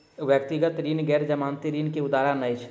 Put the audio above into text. व्यक्तिगत ऋण गैर जमानती ऋण के उदाहरण अछि